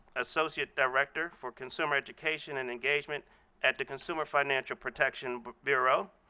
associate director for consumer education and engagement at the consumer financial protection but bureau.